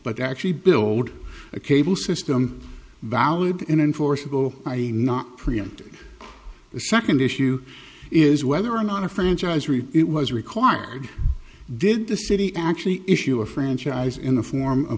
but actually build a cable system valid in enforceable i e not preempting the second issue is whether or not a franchise read it was required did the city actually issue a franchise in the form of